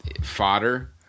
Fodder